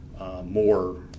More